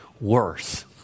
worse